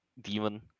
demon